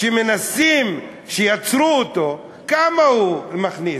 שמנסים, שיצרו, כמה הוא מכניס?